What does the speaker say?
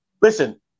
Listen